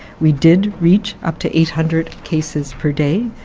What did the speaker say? we did reach up to eight hundred cases per day,